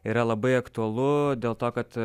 yra labai aktualu dėl to kad